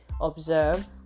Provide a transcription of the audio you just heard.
observe